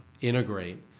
integrate